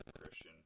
Christian